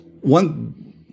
one